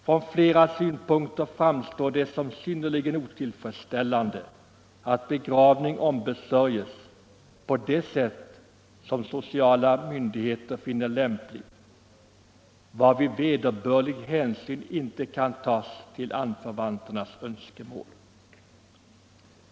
Från flera synpunkter framstår det som synnerligen otillfredsställande att begravning ombesörjes på det sätt som sociala myndigheter finner lämpligt, varvid vederbörlig hänsyn inte kan tas till anförvanters önskemål.